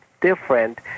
different